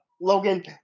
Logan